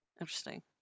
Interesting